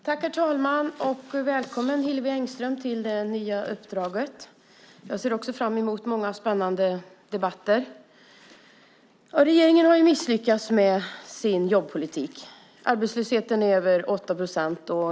Herr talman! Välkommen, Hillevi Engström, till det nya uppdraget! Jag ser fram emot många spännande debatter. Regeringen har misslyckats med sin jobbpolitik. Arbetslösheten är över 8 procent.